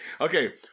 Okay